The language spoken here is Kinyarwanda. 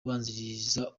ubanziriza